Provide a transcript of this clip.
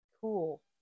cool